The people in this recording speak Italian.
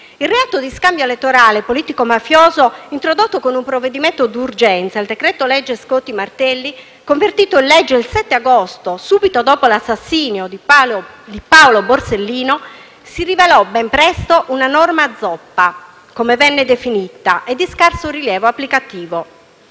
Il reato di scambio elettorale politico-mafioso, introdotto con un provvedimento d'urgenza, il decreto-legge Scotti-Martelli, convertito in legge il 7 agosto, subito dopo l'assassinio di Paolo Borsellino, si rivelò ben presto una «norma zoppa», come venne definita, e di scarso rilievo applicativo.